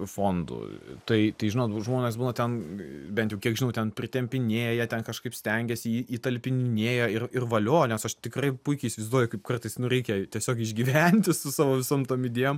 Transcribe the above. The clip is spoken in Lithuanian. fondo tai tai žinot būn žmonės būna ten bent jau kiek žinau ten pritempinėja ten kažkaip stengiasi jį įtalpinėjo ir ir valio nes aš tikrai puikiai įsivaizduoju kaip kartais reikia tiesiog išgyventi su savo visom tom idėjom